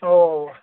اَوا اَوا